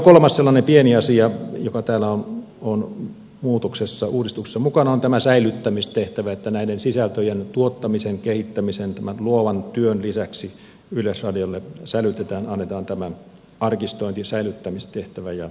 kolmas sellainen pieni asia joka täällä on muutoksessa uudistuksessa mukana on tämä säilyttämistehtävä että näiden sisältöjen tuottamisen kehittämisen tämän luovan työn lisäksi yleisradiolle sälytetään annetaan tämä arkistointi ja säilyttämistehtävä